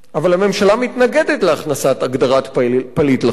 אבל הממשלה מתנגדת להכנסת הגדרת פליט לחוק,